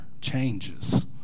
changes